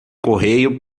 correio